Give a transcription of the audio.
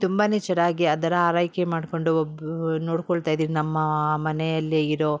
ತುಂಬನೇ ಚೆನ್ನಾಗಿ ಅದರ ಆರೈಕೆ ಮಾಡ್ಕೊಂಡು ಬ ನೋಡ್ಕೊಳ್ತಾಯಿದ್ದೀರಿ ನಮ್ಮ ಮನೆಯಲ್ಲಿ ಇರೋ